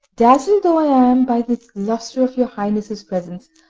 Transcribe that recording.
dazzled though i am by the lustre of your highness' presence,